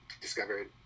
discovered